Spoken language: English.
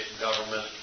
government